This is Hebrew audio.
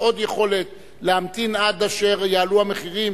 עוד יכולת להמתין עד אשר יעלו המחירים,